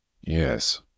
Yes